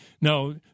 no